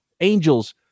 angels